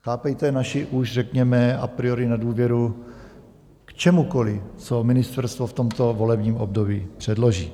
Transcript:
Chápejte naši už řekněme a priori nedůvěru k čemukoliv, co ministerstvo v tomto volebním období předloží.